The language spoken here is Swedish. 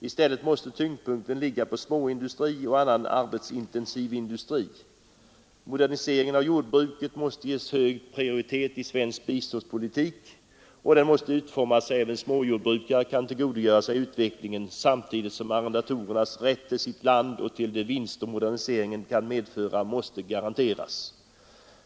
I stället måste tyngdpunkten ligga på småindustri och annan arbetsintensiv industri. Moderniseringen av jordbruket måste ges hög prioritet i svensk biståndspolitik, och den måste utformas så att även småjordbrukare kan tillgodogöra sig utvecklingen samtidigt som arrendatorernas rätt till sitt land och till de vinster moderniseringen kan medföra måste garanteras.